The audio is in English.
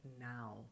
now